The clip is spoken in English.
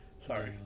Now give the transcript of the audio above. sorry